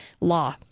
law